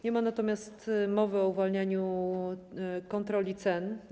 Nie ma natomiast mowy o uwalnianiu kontroli cen.